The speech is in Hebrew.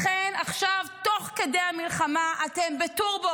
לכן, עכשיו, תוך כדי המלחמה, אתם בטורבו.